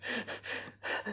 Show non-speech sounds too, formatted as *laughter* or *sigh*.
*laughs*